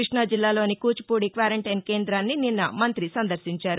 కృష్ణా జిల్లాలోని కూచిపూడి క్వారంటైన్ కేంద్రాన్ని నిన్న మంత్రి సందర్భించారు